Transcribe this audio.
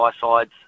sides